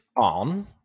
on